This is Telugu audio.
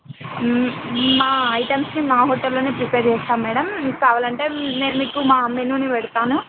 మా ఐటమ్స్ని మా హోటెల్లోనే ప్రిపేర్ చేస్తాం మేడం కావాలంటే నేను మీకు మా మెనూని పెడతాను